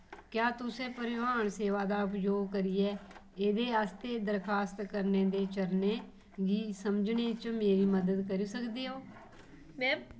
क्या तुस परिवहन सेवा दा उपयोग करियै एह्दे आस्तै दरखास्त करने दे चरणें गी समझने च मेरी मदद करी सकदे ओ